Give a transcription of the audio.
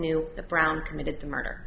knew that brown committed the murder